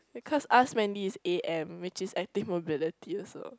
because ask Mandy is a_m which is active mobility also